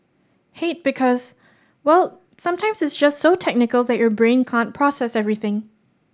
hate because well sometimes it's just so technical that your brain can't process everything